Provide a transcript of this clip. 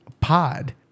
pod